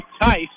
Tice